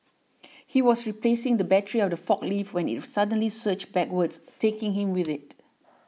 he was replacing the battery of the forklift when it suddenly surged backwards taking him with it